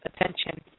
attention